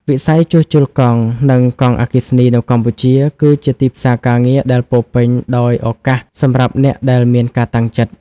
វិស័យជួសជុលកង់ និងកង់អគ្គិសនីនៅកម្ពុជា គឺជាទីផ្សារការងារដែលពោរពេញដោយឱកាសសម្រាប់អ្នកដែលមានការតាំងចិត្ត។